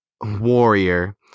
warrior